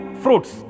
fruits